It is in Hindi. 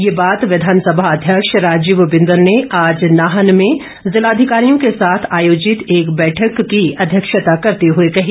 ये बात विधानसभा अध्यक्ष राजीव बिंदल ने आज नाहन में जिला अधिकारियों के साथ आयोजित एक बैठक की अध्यक्षता करते हई कही